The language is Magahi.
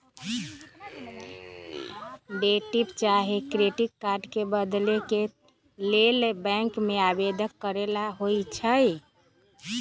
डेबिट चाहे क्रेडिट कार्ड के बदले के लेल बैंक में आवेदन करेके होइ छइ